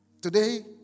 Today